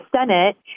Senate